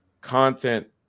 content